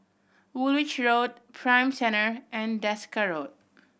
Woolwich Road Prime Centre and Desker Road